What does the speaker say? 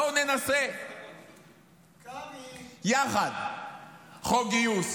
בואו ננסה יחד חוק גיוס,